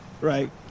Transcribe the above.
right